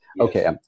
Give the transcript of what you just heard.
Okay